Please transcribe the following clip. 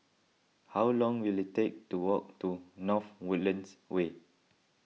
how long will it take to walk to North Woodlands Way